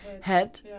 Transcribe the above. head